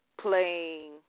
playing